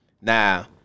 Now